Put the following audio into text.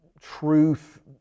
truth